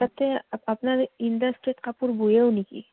তাতে আপোনাৰ ইণ্ডাষ্ট্ৰেড কাপোৰ বৈয়েও নেকি